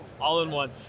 all-in-one